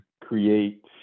create